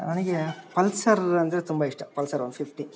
ನನಗೆ ಪಲ್ಸರ್ ಅಂದರೆ ತುಂಬ ಇಷ್ಟ ಪಲ್ಸರ್ ಒನ್ ಫಿಫ್ಟಿ